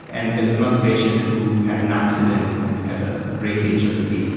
and there was another patient who had an accident and had a breakage of the lead.